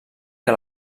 que